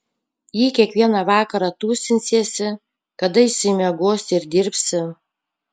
jei kiekvieną vakarą tūsinsiesi kada išsimiegosi ir dirbsi